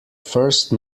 first